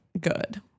good